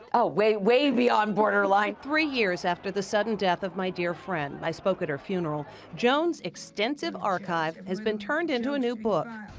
oh, way way beyond borderline! three years after the sudden death of my dear friend, i spoke at her funeral, joan's extensive archive has been turned into a new book.